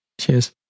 Cheers